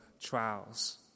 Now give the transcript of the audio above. trials